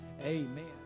Amen